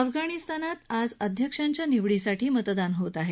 अफगाणिस्तानात आज अध्यक्षांच्या निवडीसाठी मतदान होत आहे